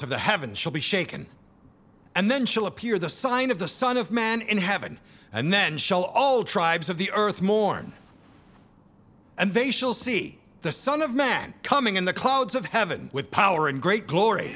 the heavens shall be shaken and then shall appear the sign of the son of man in heaven and then shall all tribes of the earth mourn and they shall see the son of man coming in the clouds of heaven with power and great glory